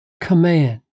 command